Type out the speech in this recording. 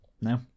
No